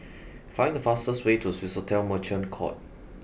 find the fastest way to Swissotel Merchant Court